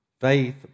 Faith